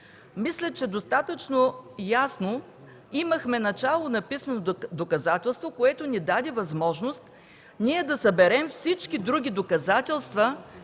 Мисля, че имахме достатъчно ясно начало на писмено доказателство, което ни даде възможност да съберем всички други доказателства,